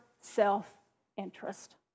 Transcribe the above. self-interest